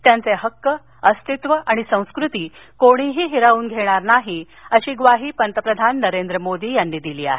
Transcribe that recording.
त्यांचे हक्क अस्तित्व आणि संस्कृती कोणीही हिरावून घेणार नाही अशी ग्वाही पंतप्रधान नरेंद्र मोदी यांनी दिली आहे